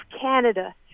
Canada